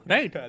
Right